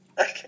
Okay